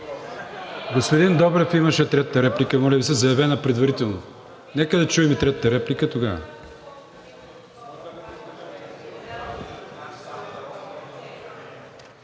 Господин Добрев имаше третата реплика, заявена предварително. Нека да чуем и третата реплика, и тогава.